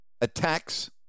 attacks